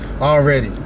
already